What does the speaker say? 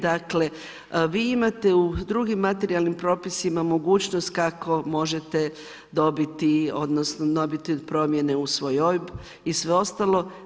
Dakle vi imate u drugim materijalnim propisima mogućnost kako možete dobiti odnosno dobiti promjene u svoj OIB i sve ostalo.